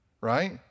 right